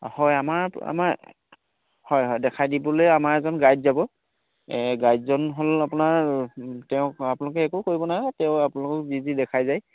হয় আমাৰ আমাৰ হয় হয় দেখাই দিবলৈ আমাৰ এজন গাইড যাব গাইডজন হ'ল আপোনাৰ তেওঁক আপোনালোকে একো কৰিব নালাগে তেওঁ আপোনালোকক যি যি দেখাই যায়